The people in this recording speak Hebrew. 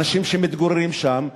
האנשים שמתגוררים שם,